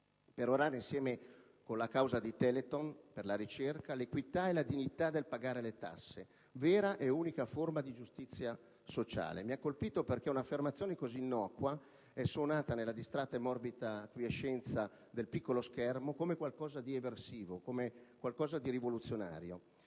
perorare, insieme con la causa di Telethon per la ricerca, l'equità e la dignità del pagare le tasse, vera e unica forma di giustizia sociale. Mi ha colpito perché un'affermazione così innocua è suonata, nella distratta e morbida quiescenza del piccolo schermo, come qualcosa di eversivo, di rivoluzionario.